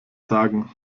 sagen